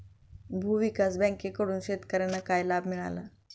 भूविकास बँकेकडून शेतकर्यांना काय लाभ मिळाला?